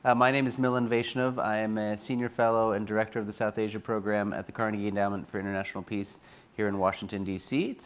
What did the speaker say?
ah my name is milan vaishnav. i am a senior fellow and director of the south asia program at the carnegie endowment for international peace here in washington dc.